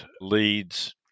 leads